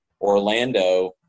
Orlando –